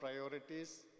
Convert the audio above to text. priorities